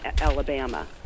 Alabama